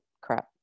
crap